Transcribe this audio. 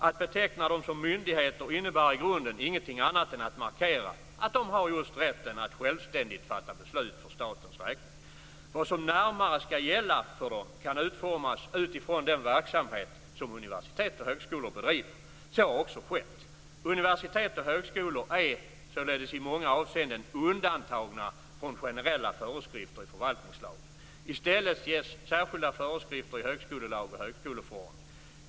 Att beteckna dem som myndigheter innebär i grunden ingenting annat än att markera att de har rätt att självständigt fatta beslut på statens vägnar. Vad som närmare skall gälla för dem kan utformas utifrån den verksamhet som universitet och högskolor bedriver. Så har också skett. Universitet och högskolor är således i många avseenden undantagna från generella föreskrifter i förvaltningslagen. I stället ges särskilda föreskrifter i högkolelag och högskoleförordning.